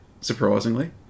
Surprisingly